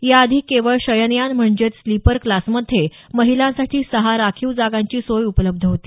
याआधी केवळ शयनयान म्हणजेच स्लीपर क्लासमध्ये महिलांसाठी सहा राखीव जागांची सोय उपलब्ध होती